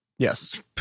Yes